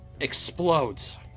explodes